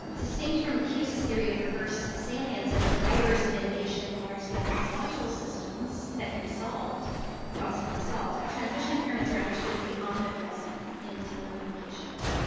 distinct from hughes' theory of reverse salients as drivers of innovation in large scale technological systems that can be solved problems that can be solved transmission impairments are understood to be omnipresent in telecommunications.